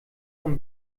von